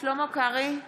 שלמה קרעי,